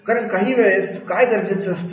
कारण काही वेळेस काय गरजेचं असतं